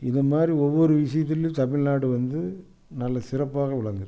இது மாதிரி ஒவ்வொரு விஷயத்துலயும் தமிழ்நாடு வந்து நல்ல சிறப்பாக விளங்குது